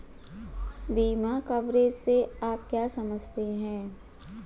बीमा कवरेज से आप क्या समझते हैं?